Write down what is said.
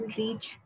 reach